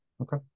okay